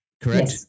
correct